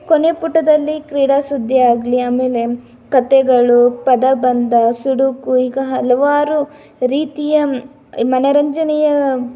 ಕೊನೆ ಪುಟದಲ್ಲಿ ಕ್ರೀಡಾ ಸುದ್ದಿ ಆಗಲಿ ಆಮೇಲೆ ಕತೆಗಳು ಪದಬಂಧ ಸುಡುಕು ಈಗ ಹಲವಾರು ರೀತಿಯ ಮನೋರಂಜನೆಯ